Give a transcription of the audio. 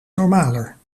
normaler